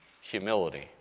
humility